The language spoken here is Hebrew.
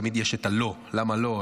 תמיד יש את ה"לא" למה לא,